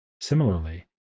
Similarly